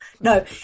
No